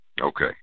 Okay